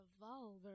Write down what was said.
revolver